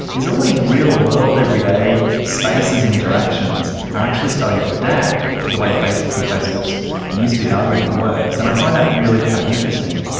all these real-world, everyday spaces and interactions are actually starting to adapt to the way facebook and facebook's newsfeed algorithm works. and i find that really kind of interesting.